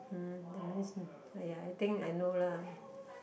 mm that means !aiya! I think I know lah